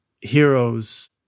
heroes